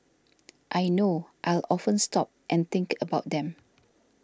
I know I'll often stop and think about them